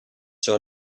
sur